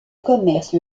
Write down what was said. commerce